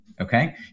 Okay